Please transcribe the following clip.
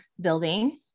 building